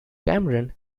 cameron